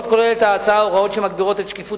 עוד כוללת ההצעה הוראות שמגבירות את שקיפות